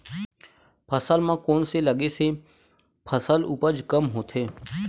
फसल म कोन से लगे से फसल उपज कम होथे?